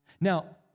Now